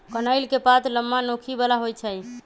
कनइल के पात लम्मा, नोखी बला होइ छइ